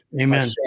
Amen